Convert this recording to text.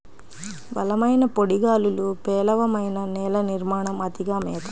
బలమైన పొడి గాలులు, పేలవమైన నేల నిర్మాణం, అతిగా మేత